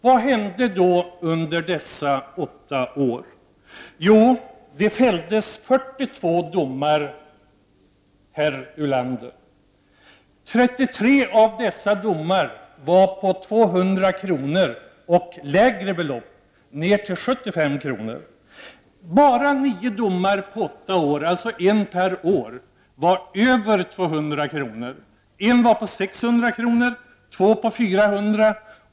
Vad hände då under dessa åtta år? Jo, det fälldes 42 domar, herr Ulander! 33 av dessa domar var på 200 kr. och lägre belopp — ned till 75 kr. Bara nio domar på åtta år, alltså en dom per år, var på över 200 kr. En dom var på 600 kr., två domar var på 400 kr.